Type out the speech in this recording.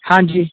ਹਾਂਜੀ